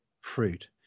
fruit